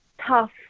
tough